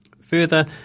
Further